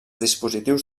dispositius